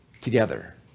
together